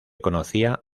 conocía